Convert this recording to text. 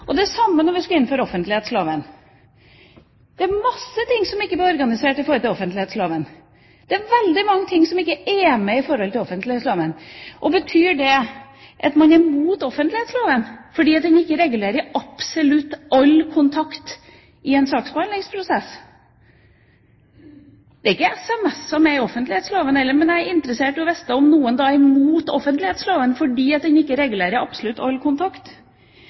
akkurat de samme argumentene. Det samme gjaldt da vi skulle innføre offentlighetsloven. Det er mange ting som ikke blir organisert i forhold til offentlighetsloven. Det er veldig mange ting som ikke er med i offentlighetsloven. Betyr det at man er imot offentlighetsloven fordi den ikke regulerer absolutt all kontakt i en saksbehandlingsprosess? Det er ikke noe om sms i offentlighetsloven heller. Jeg er interessert i å få vite om noen er imot offentlighetsloven fordi den ikke regulerer absolutt